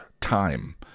time